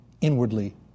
inwardly